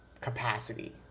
capacity